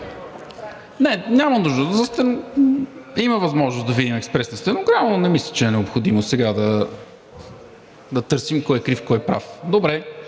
Не, няма нужда. Има възможност да видим експресната стенограма, но не мисля, че е необходимо сега да търсим кой е крив, кой е прав. Добре,